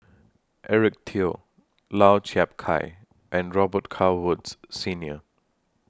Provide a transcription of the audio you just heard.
Eric Teo Lau Chiap Khai and Robet Carr Woods Senior